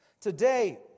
Today